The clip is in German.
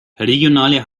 regionale